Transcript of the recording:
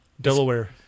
Delaware